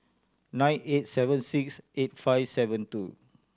nine eight seven six eight five seven two